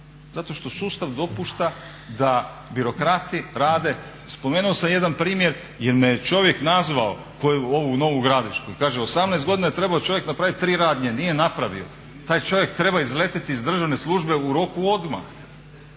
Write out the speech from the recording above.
zato što sustav dopušta da birokrati rade. Spomenuo sam jedan primjer jer me je čovjek nazvao, u Novu Gradišku, kaže 18 godina je trebao čovjek napraviti tri radnje, nije napravio, taj čovjek treba izletiti iz državne službe u roku odmah.